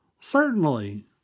Certainly